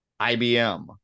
IBM